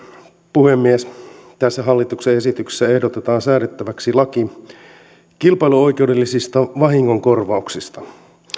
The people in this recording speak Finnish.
puhemies tässä hallituksen esityksessä ehdotetaan säädettäväksi laki kilpailuoikeudellisista vahingonkorvauksista